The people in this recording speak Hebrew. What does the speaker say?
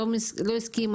לא הסכימו,